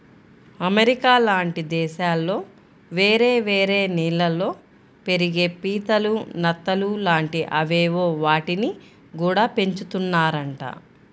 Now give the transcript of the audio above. America లాంటి దేశాల్లో వేరే వేరే నీళ్ళల్లో పెరిగే పీతలు, నత్తలు లాంటి అవేవో వాటిని గూడా పెంచుతున్నారంట